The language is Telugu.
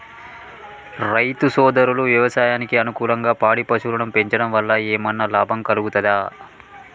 రైతు సోదరులు వ్యవసాయానికి అనుకూలంగా పాడి పశువులను పెంచడం వల్ల ఏమన్నా లాభం కలుగుతదా?